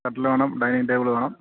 കട്ടില് വേണം dining table വേണം